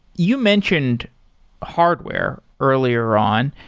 you mentioned hardware earlier on.